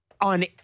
On